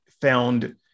found